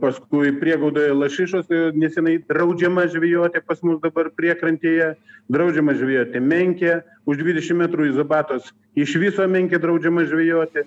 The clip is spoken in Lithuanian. paskui prieglaudoje lašišos neseniai draudžiama žvejoti pas mus dabar priekrantėje draudžiama žvejoti menkė už dvidešim metrų izobatos iš viso menkė draudžiama žvejoti